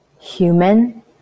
human